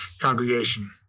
congregation